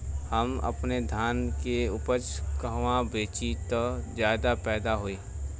हम अपने धान के उपज कहवा बेंचि त ज्यादा फैदा होई?